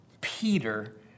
Peter